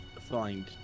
find